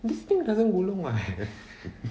this thing doesn't gulung [what]